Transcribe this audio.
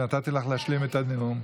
ונתתי לך להשלים את הנאום.